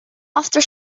after